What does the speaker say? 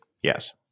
Yes